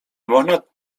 można